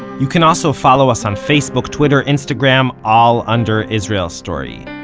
you can also follow us on facebook, twitter, instagram, all under israel story.